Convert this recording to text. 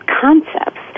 concepts